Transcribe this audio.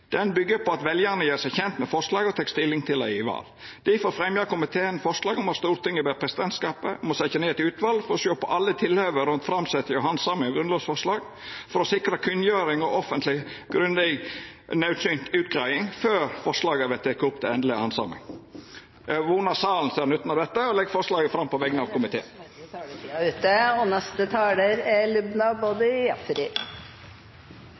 på at veljarane gjer seg kjent med forslaga og tek stilling til dei i val. Difor fremjar komiteen følgjande forslag: «Stortinget ber presidentskapet om å setje ned eit utval for å sjå på alle tilhøve rundt framsetjing og handsaming av grunnlovsforslag for å sikre kunngjering og offentleg debatt, grundig handsaming og naudsynt utgreiing før forslaga vert tatt opp til endeleg handsaming.» Eg vonar salen ser nytten av dette og tilrår med dette innstillinga på vegner av komiteen.